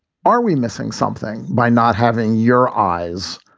are we missing something by not having your eyes,